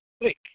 Quick